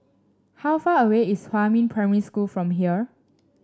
how far away is Huamin Primary School from here